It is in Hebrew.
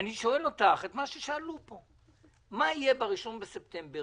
אני שואל אותך את מה ששאלו פה: מה יהיה ב-1 בספטמבר